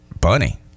bunny